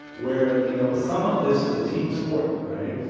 where you know, some of this is a team sport right?